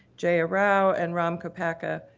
jaya rao and rom koppaka,